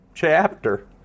chapter